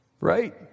Right